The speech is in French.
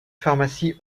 pharmacies